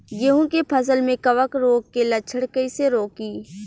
गेहूं के फसल में कवक रोग के लक्षण कईसे रोकी?